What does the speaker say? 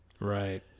Right